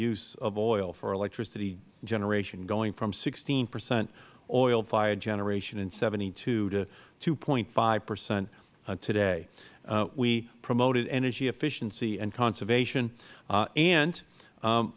use of oil for electricity generation going from sixteen percent oil fired generation in seventy two to two five percent today we promoted energy efficiency and conservation and